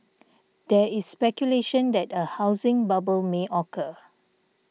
there is speculation that a housing bubble may occur